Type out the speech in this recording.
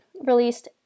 released